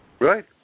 Right